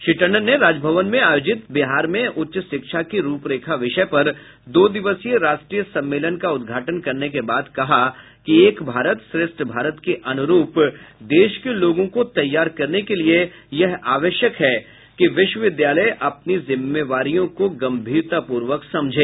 श्री टंडन ने राजभवन में आयोजित बिहार में उच्च शिक्षा की रूपरेखा विषय पर दो दिवसीय राष्ट्रीय सम्मेलन का उद्घाटन करने के बाद कहा कि एक भारत श्रेष्ठ भारत के अनुरूप देश के लोगों को तैयार करने के लिए यह आवश्यक है कि विश्वविद्यालय अपनी जिम्मेवारियों को गंभीरतापूर्वक समझें